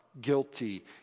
guilty